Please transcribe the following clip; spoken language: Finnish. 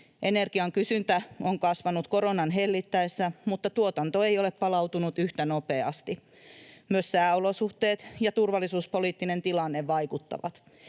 Energian kysyntä on kasvanut koronan hellittäessä mutta tuotanto ei ole palautunut yhtä nopeasti. Myös sääolosuhteet ja turvallisuuspoliittinen tilanne vaikuttavat.